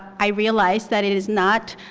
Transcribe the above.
i realized that it is not